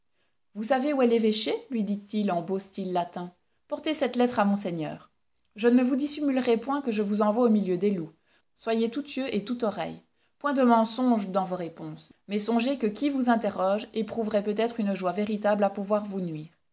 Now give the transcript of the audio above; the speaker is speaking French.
vous savez où est l'évêché lui dit-il en beau style latin portez cette lettre à monseigneur je ne vous dissimulerai point que je vous envoie au milieu des loups soyez tout yeux et tout oreilles point de mensonge dans vos réponses mais songez que qui vous interroge éprouverait peut-être une joie véritable à pouvoir vous nuire